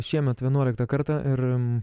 šiemet vienuoliktą kartą ir